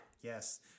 Yes